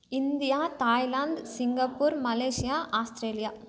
India Thailand Singapore Malaysia Australia